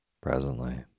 Presently